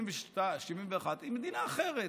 71, היא מדינה אחרת,